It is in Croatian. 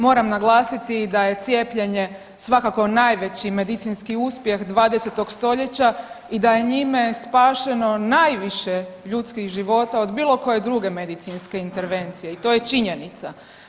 Moram naglasiti da je cijepljenje svakako najveći medicinski uspjeh 20. st. i da je njime spašeno najviše ljudskih života od bilo koje druge medicinske intervencije i to je činjenica.